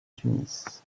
tunis